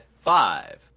five